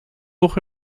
toch